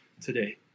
today